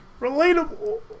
Relatable